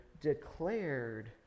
declared